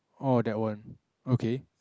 oh that one okay